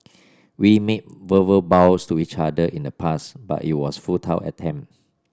we made verbal vows to each other in the past but it was futile attempt